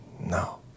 no